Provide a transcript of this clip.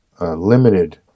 limited